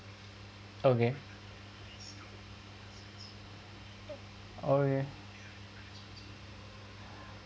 okay okay